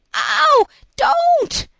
ow. don't,